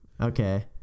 Okay